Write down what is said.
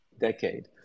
decade